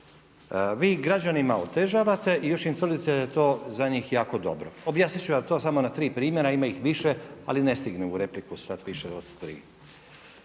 Vi građanima otežavate i još im tvrdite da je to za njih jako dobro. Objasnit ću vam to samo na tri primjera, a ima ih više ali ne stigne u repliku stat više od tri.